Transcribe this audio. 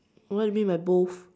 what do you mean by both